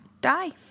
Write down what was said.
die